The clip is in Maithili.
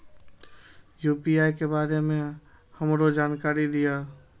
यू.पी.आई के बारे में हमरो जानकारी दीय?